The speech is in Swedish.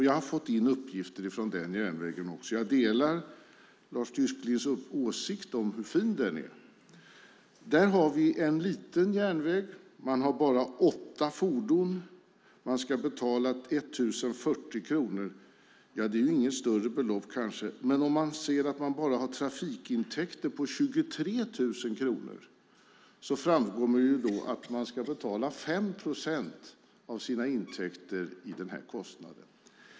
Jag har fått in uppgifter också från den järnvägen. Jag delar Lars Tysklinds åsikt om hur fin den är. Det är en liten järnväg. Man har bara åtta fordon. Man ska betala 1 040 kronor, kanske inget större belopp. Men sett till att man har trafikintäkter på bara 23 000 kronor ska man ta 5 procent av sina intäkter i fråga om den här kostnaden.